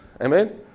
Amen